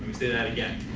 say that again.